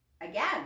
again